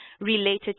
related